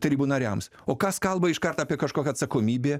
tarybų nariams o kas kalba iškart apie kažkokią atsakomybę